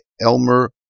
Elmer